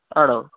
ആണോ